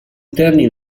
interni